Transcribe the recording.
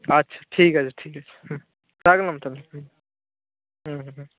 আচ্ছা ঠিক আছে ঠিক আছে হুম রাখলাম তাহলে হুম হুম হুম